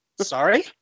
Sorry